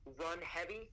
run-heavy